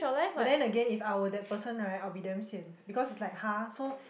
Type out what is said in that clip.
but then again if I were that person right I would be damn sian because it's like har so